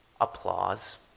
Applause